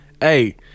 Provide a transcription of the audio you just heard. Hey